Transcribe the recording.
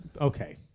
okay